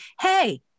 Hey